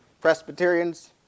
Presbyterian's